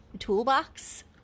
toolbox